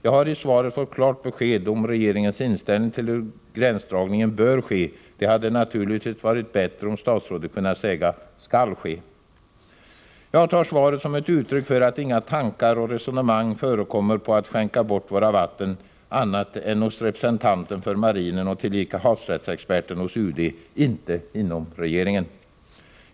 Jag har i svaret fått klart besked om regeringens inställning till hur gränsdragningen bör ske. Det hade naturligtvis varit bättre om statsrådet kunnat säga skall ske. Jag tar svaret som ett uttryck för att inga tankar på och resonemang om att skänka bort våra vatten förekommer annat än hos representanten för marinen och tillika havsrättsexperten hos UD, inte inom regeringen.